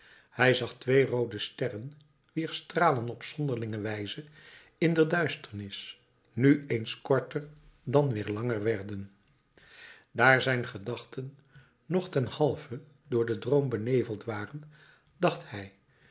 hij zag twee roode sterren wier stralen op zonderlinge wijze in de duisternis nu eens korter dan weer langer werden daar zijn gedachten nog ten halve door den droom beneveld waren dacht hij